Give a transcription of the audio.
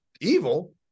evil